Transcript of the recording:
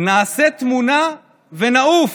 נעשה תמונה ונעוף.